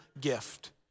gift